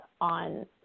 on